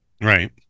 right